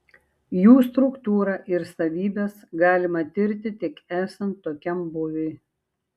jų struktūrą ir savybes galima tirti tik esant tokiam būviui